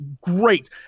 great